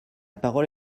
parole